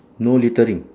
no littering